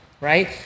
right